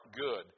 good